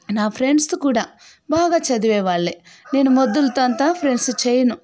నా ఫ్రెండ్స్ కూడా బాగా చదివే వాళ్లే నేను మొద్దులతో అంతా ఫ్రెండ్సు చేయను